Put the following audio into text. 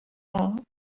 are